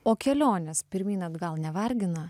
o kelionės pirmyn atgal nevargina